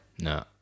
No